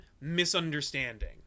misunderstanding